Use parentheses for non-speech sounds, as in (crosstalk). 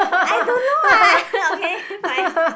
I don't know what (laughs) okay fine